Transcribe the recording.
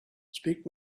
speak